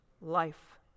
Life